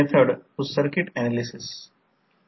4 weber per metre स्क्वेअरच्या maximum फ्लक्सने चालते